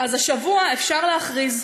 אז השבוע אפשר להכריז: